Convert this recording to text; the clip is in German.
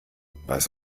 was